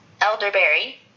elderberry